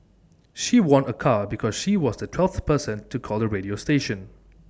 she won A car because she was the twelfth person to call the radio station